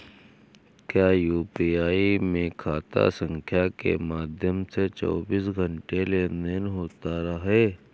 क्या यू.पी.आई में खाता संख्या के माध्यम से चौबीस घंटे लेनदन होता है?